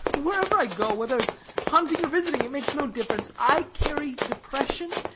wherever i go, whether hunting or visiting, it makes no difference, i carry depression,